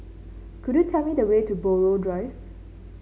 could you tell me the way to Buroh Drive